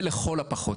זה לכל הפחות.